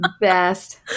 Best